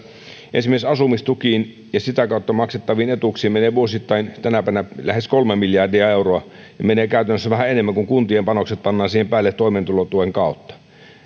esimerkiksi asumistukiin ja sitä kautta maksettaviin etuuksiin menee vuosittain tänä päivänä lähes kolme miljardia euroa ja menee käytännössä vähän enemmän kun kuntien panokset pannaan siihen päälle toimeentulotuen kautta